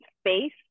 space